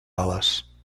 ales